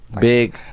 Big